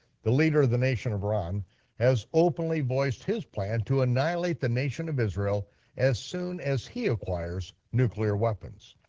the leader of the nation of iran has openly voiced his plan to annihilate the nation of israel as soon as he acquires nuclear weapons.